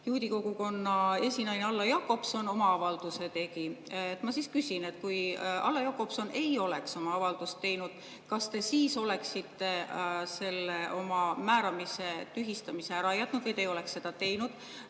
juudi kogukonna esinaine Alla Jakobson oma avalduse tegi. Ma siis küsin: kui Alla Jakobson ei oleks oma avaldust teinud, kas te siis oleksite selle määramise tühistamise ära jätnud või te ei oleks seda teinud? Heakene